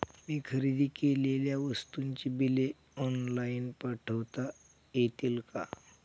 मी खरेदी केलेल्या वस्तूंची बिले ऑनलाइन पाठवता येतील का?